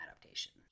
adaptation